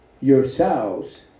yourselves